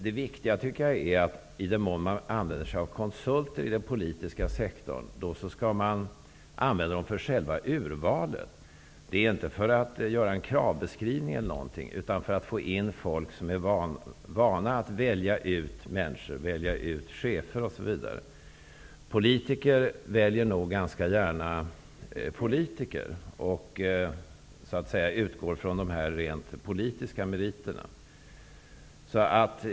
Det viktiga är att i den mån man använder sig av konsulter i den politiska sektorn, skall man använda dem för själva urvalet. Det är inte för att göra en kravbeskrivning, utan för att få in folk som är vana att välja ut chefer osv. Politiker väljer nog ganska gärna politiker och utgår från de rent politiska meriterna.